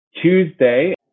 Tuesday